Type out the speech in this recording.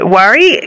worry